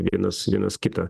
vienas vienas kitą